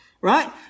right